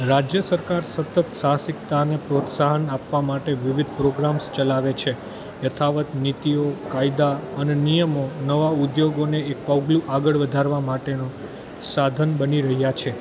રાજ્ય સરકાર સતત સાહસિકતાનુ પ્રોત્સાહન આપવા માટે વિવિધ પ્રોગ્રામ્સ ચલાવે છે યથાવત નીતિઓ કાયદા અને નિયમો નવા ઉદ્યોગોને એક પગલું આગળ વધારવા માટેનો સાધન બની રહ્યાં છે